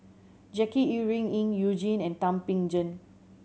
Jackie Yi Ru Ying You Jin and Thum Ping Tjin